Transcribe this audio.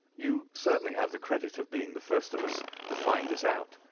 you certainly have the credit of being the first of us to find this out,